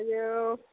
आयौ